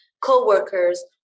co-workers